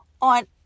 on